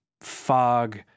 fog